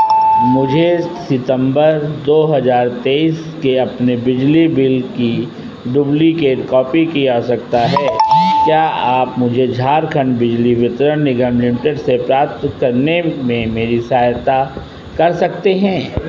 मुझे सितंबर दो हज़ार तेईस के अपने बिजली बिल की डुप्लिकेट कॉपी की आवश्यकता है क्या आप इसे झारखंड बिजली वितरण निगम लिमिटेड से प्राप्त करने में मेरी सहायता कर सकते हैं